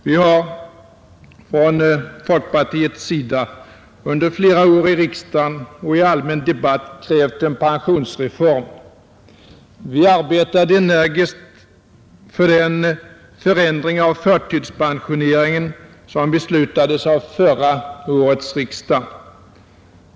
Vi har från folkpartiets sida under flera år i riksdagen och i allmän debatt krävt en pensionsreform Vi arbetade energiskt för den förändring av förtidspensioneringen som beslutades av förra årets riksdag.